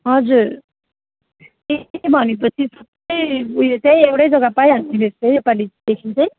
हजुर ए भनेपछि त सबै उयो चाहिँ एउटै जग्गा पाइहाल्ने रहेछ है यो पालिदेखि चाहिँ